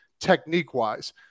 technique-wise